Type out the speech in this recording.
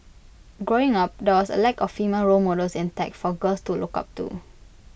growing up there was A lack of female role models in tech for girls to look up to